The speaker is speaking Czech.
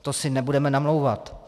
To si nebudeme namlouvat.